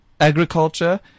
agriculture